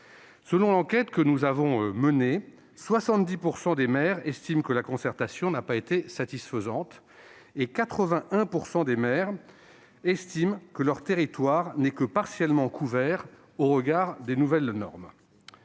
Selon l'enquête que nous avons menée, 70 % des maires considèrent que la concertation n'a pas été satisfaisante, et 81 % d'entre eux estiment que leur territoire n'est que partiellement couvert au regard des nouvelles normes.